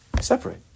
Separate